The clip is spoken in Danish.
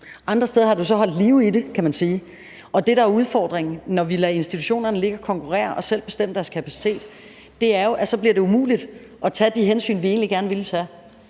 Andre steder er der så holdt liv i det, kan man sige. Og det, der er udfordringen, når vi lader institutionerne ligge og konkurrere og selv bestemme deres kapacitet, er jo, at det så bliver umuligt at tage de hensyn, vi egentlig gerne ville tage.